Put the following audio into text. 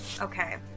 Okay